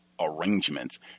arrangements